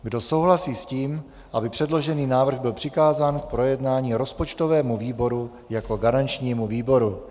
Kdo souhlasí s tím, aby předložený návrh byl přikázán k projednání rozpočtovému výboru jako garančnímu výboru?